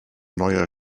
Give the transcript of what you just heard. neuer